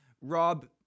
Rob